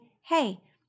hey